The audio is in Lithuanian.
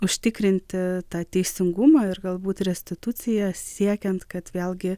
užtikrinti tą teisingumą ir galbūt restituciją siekiant kad vėlgi